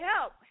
help